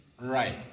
Right